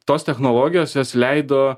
tos technologijos jos leido